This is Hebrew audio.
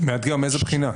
מאתגר מאיזה בחינה?